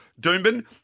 Doombin